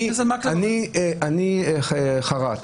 אני חרט.